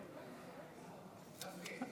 גפני,